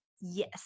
yes